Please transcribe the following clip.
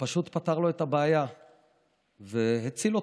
ופשוט פתר לו את הבעיה והציל אותו.